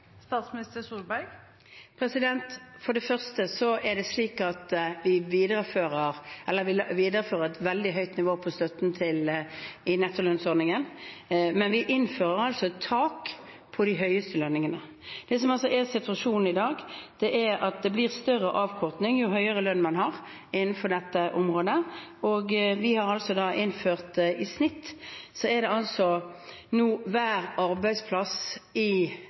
For det første er det slik at vi viderefører et veldig høyt nivå på støtten i nettolønnsordningen, men vi innfører et tak på de høyeste lønningene. Det som er situasjonen i dag, er at det blir større avkortning jo høyere lønn man har innenfor dette området, og i snitt er nå hver arbeidsplass i maritim næring subsidiert over statsbudsjettet med 200 000 kr. Det